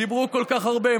דיברו כל כך הרבה.